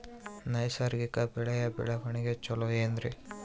ನೈಸರ್ಗಿಕ ಬೆಳೆಯ ಬೆಳವಣಿಗೆ ಚೊಲೊ ಏನ್ರಿ?